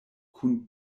kun